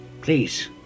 please